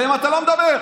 עליהן אתה לא מדבר,